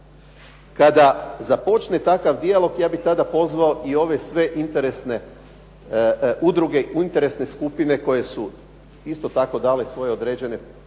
Kada započne takav dijalog ja bih tada pozvao i ove sve interesne udruge, interesne skupine koje su isto tako dale svoje određene prijedloge,